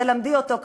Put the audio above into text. תלמדי אותו,